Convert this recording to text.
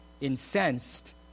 incensed